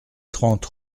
trente